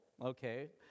okay